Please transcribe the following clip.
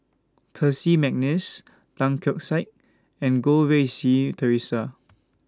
Percy Mcneice Tan Keong Saik and Goh Rui Si Theresa